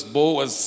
boas